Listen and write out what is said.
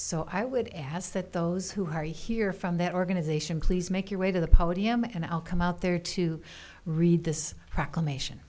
so i would ask that those who are here from that organization please make your way to the podium and i'll come out there to read this proclamation